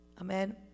Amen